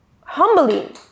humbly